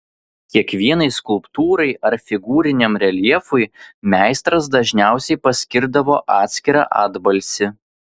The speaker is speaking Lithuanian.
kiekvienai skulptūrai ar figūriniam reljefui meistras dažniausiai paskirdavo atskirą atbalsį